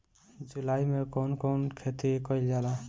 जुलाई मे कउन कउन खेती कईल जाला?